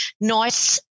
nice